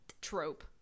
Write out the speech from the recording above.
trope